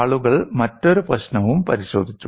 ആളുകൾ മറ്റൊരു പ്രശ്നവും പരിശോധിച്ചു